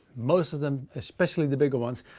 most of them, especially the bigger ones,